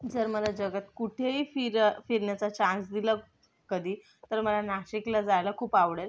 जर मला जगात कुठेही फिर फिरण्याचा चान्स दिला कधी तर मला नाशिकला जायला खूप आवडेल